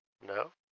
No